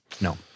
No